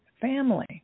Family